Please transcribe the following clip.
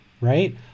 right